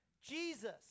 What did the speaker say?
Jesus